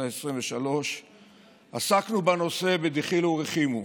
העשרים-ושלוש עסקנו בנושא בדחילו ורחימו,